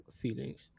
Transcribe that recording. feelings